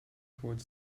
toward